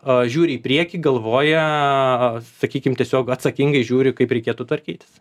a žiūri į priekį galvoja na sakykim tiesiog atsakingai žiūri kaip reikėtų tvarkytis